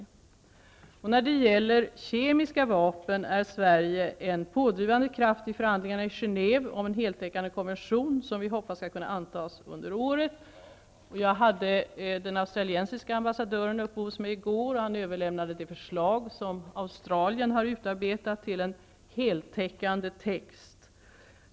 När det gäller kemiska vapen är Sverige en pådrivande kraft i förhandlingarna i Genève om en heltäckande konvention som vi hoppas skall kunna antas under året. Jag hade den australiska ambassadören hos mig i går. Han överlämnade det förslag som Australien har utarbetat till en heltäckande text.